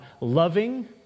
loving